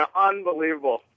unbelievable